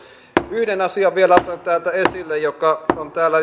yhden asian vielä otan täältä esille joka on täällä